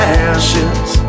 ashes